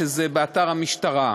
שזה באתר המשטרה.